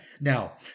Now